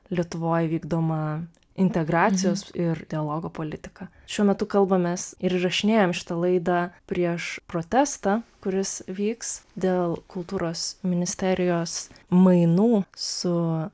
lietuvoj vykdomą integracijos ir dialogo politiką šiuo metu kalbamės ir įrašinėjame šitą laidą prieš protestą kuris vyks dėl kultūros ministerijos mainų su